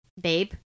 Babe